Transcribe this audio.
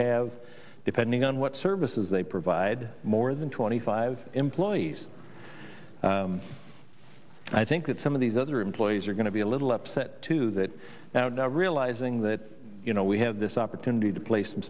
have depending on what services they provide more than twenty five employees i think that some of these other employees are going to be a little upset too that ising that you know we have this opportunity to place some